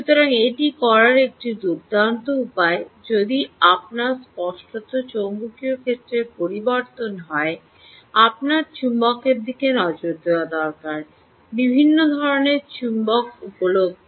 সুতরাং এটি করার একটি দুর্দান্ত উপায় যদি আপনার স্পষ্টত চৌম্বকীয় ক্ষেত্রের পরিবর্তন হয় আপনার চুম্বকের দিকে নজর দেওয়া দরকার বিভিন্ন ধরণের চুম্বক উপলব্ধ